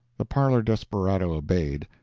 the parlor-desperado obeyed.